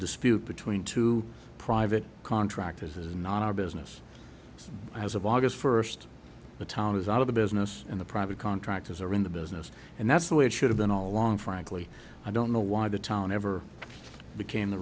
dispute between two private contractors is not our business as of august first the town is out of the business and the private contractors are in the business and that's the way it should have been all along frankly i don't know why the town ever became the